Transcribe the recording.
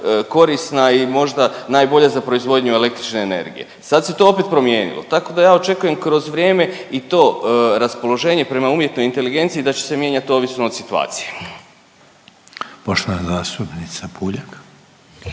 korisna i možda najbolja za proizvodnju električne energije. Sad se to opet promijenilo. Tako da ja očekujem kroz vrijeme i to raspoloženje prema umjetnoj inteligenciji da će mijenjat ovisno o situaciji. **Reiner, Željko